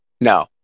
No